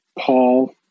Paul